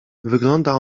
wygląda